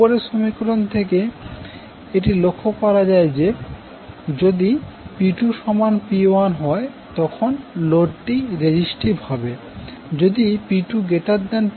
উপরের সমীকরণ গুলি থেকে এটি লক্ষ্য করা যায় যে যদি P2P1 হয় তখন লোডটি রেজিস্ট্রিভ হবে